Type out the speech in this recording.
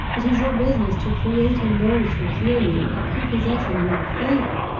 it is your business to create in those who hear you a prepossession in your favour.